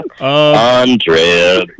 Andrea